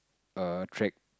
a track